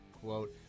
quote